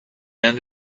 end